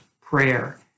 prayer